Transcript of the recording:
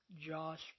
Josh